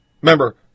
Remember